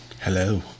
hello